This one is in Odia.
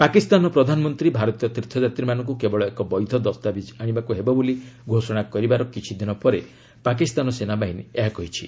ପାକିସ୍ତାନର ପ୍ରଧାନମନ୍ତ୍ରୀ ଭାରତୀୟ ତୀର୍ଥଯାତ୍ରୀମାନଙ୍କୁ କେବଳ ଏକ ବୈଧ ଦସ୍ତାବିଜ ଆଶିବାକୁ ହେବ ବୋଲି ଘୋଷଣା କରିବାର କିଛିଦିନ ପରେ ପାକିସ୍ତାନ ସେନାବାହିନୀ ଏହା କହିଛି